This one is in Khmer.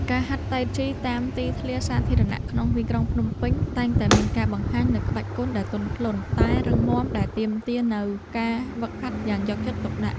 ការហាត់តៃជីតាមទីធ្លាសាធារណៈក្នុងទីក្រុងភ្នំពេញ តែងតែមានការបង្ហាញនូវក្បាច់គុណដែលទន់ភ្លន់តែរឹងមាំ ដែលទាមទារនូវការហ្វឹកហាត់យ៉ាងយកចិត្តទុកដាក់។